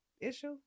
Issue